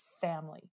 family